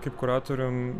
kaip kuratoriam